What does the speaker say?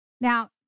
Now